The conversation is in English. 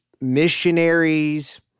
missionaries